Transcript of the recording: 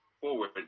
forward